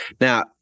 Now